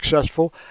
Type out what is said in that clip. successful